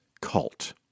cult